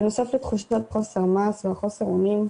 בנוסף לתחושה של חוסר מעש וחוסר אונים,